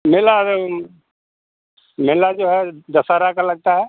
मेला मेला जो है दशहरा का लगता है